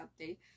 update